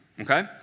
okay